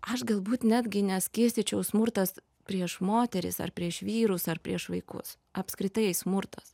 aš galbūt netgi neskirstyčiau smurtas prieš moteris ar prieš vyrus ar prieš vaikus apskritai smurtas